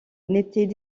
n’étaient